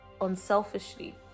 Unselfishly